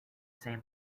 same